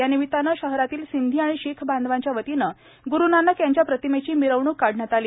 या निमिताने शहरातील सिंधी आणि शीख बांधवांच्या वतीनं ग्रुनानकजी यांच्या प्रतिमेची मिरवणूक काढण्यात आली